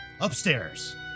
Upstairs